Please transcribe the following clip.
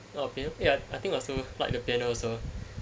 oh piano ya I think I also like the piano also